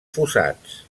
fossats